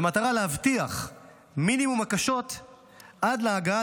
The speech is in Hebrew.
במטרה להבטיח מינימום הקשות עד להגעה